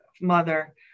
mother